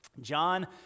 John